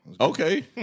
Okay